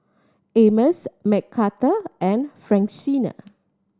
Amos Mcarthur and Francina